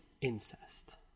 incest